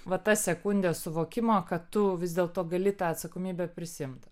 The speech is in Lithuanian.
va ta sekundė suvokimo kad tu vis dėl to gali tą atsakomybę prisiimti